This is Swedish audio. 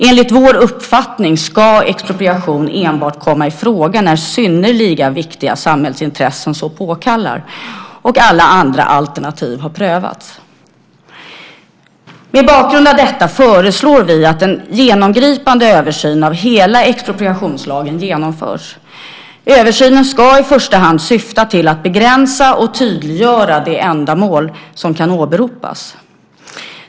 Enligt vår uppfattning ska expropriation enbart komma i fråga när synnerliga, viktiga samhällsintressen så påkallar och alla andra alternativ har prövats. Mot bakgrund av detta föreslår vi att en genomgripande översyn av hela expropriationslagen genomförs. Översynen ska i första hand syfta till att begränsa och tydliggöra de ändamål som kan åberopas.